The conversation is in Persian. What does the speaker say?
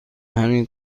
همین